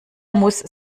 muss